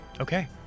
Okay